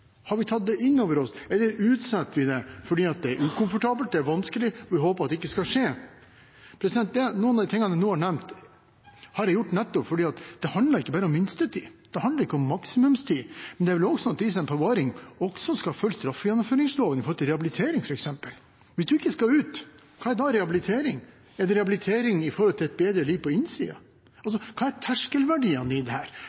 Har vi tatt det inn over oss, eller utsetter vi det fordi det er ukomfortabelt, det er vanskelig, og vi håper at det ikke skal skje? Noen av de tingene jeg nå har nevnt, har jeg nevnt nettopp fordi det ikke bare handler om minstetid, det handler ikke om maksimumstid, men om at også for dem som er på forvaring, skal straffegjennomføringslovens følges, med tanke på rehabilitering, f.eks. Hvis man ikke skal ut, hva er da rehabilitering? Er det rehabilitering til et bedre liv på